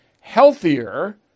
healthier